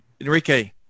Enrique